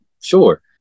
sure